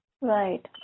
Right